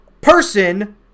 person